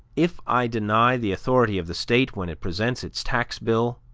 if i deny the authority of the state when it presents its tax bill,